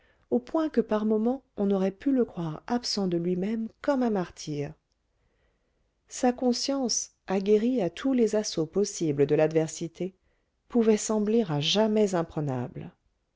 au point que par moments on aurait pu le croire absent de lui-même comme un martyr sa conscience aguerrie à tous les assauts possibles de l'adversité pouvait sembler à jamais imprenable